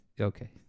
okay